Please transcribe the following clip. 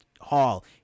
Hall